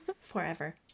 forever